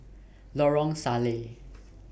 Lorong Salleh